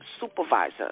supervisor